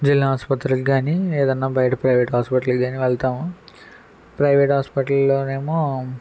జిల్లా ఆసుపత్రికి కాని ఏదన్న బయట ప్రైవేట్ హాస్పిటల్ కాని వెళ్తాము ప్రైవేట్ హాస్పిటల్లోనేమో